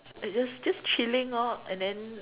like just just chilling loh and then